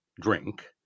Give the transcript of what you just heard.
drink